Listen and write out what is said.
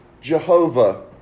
Jehovah